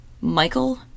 Michael